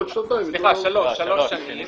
סליחה, שלוש שנים,